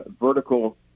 vertical